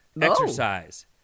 Exercise